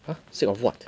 !huh! sick of what